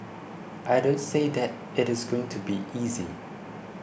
I don't say that it is going to be easy